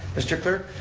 mr. clerk,